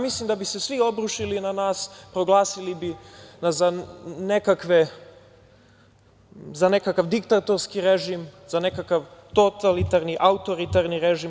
Mislim da bi se svi obrušili na nas, proglasili bi nas za nekakav diktatorski režim, za nekakav totalitarni, autoritarni režim.